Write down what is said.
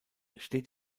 steht